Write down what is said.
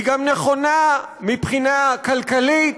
היא גם נכונה מבחינה כלכלית,